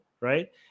right